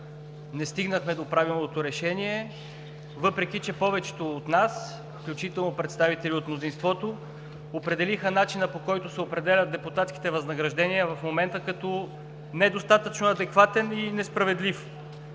не стигнахме до правилното решение, въпреки че повечето от нас, включително представители от мнозинството, определиха начина, по който се определят депутатските възнаграждения в момента, като недостатъчно адекватен и несправедлив.